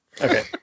Okay